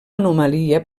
anomalia